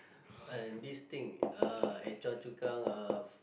and this thing ah at Choa-Chu-Kang uh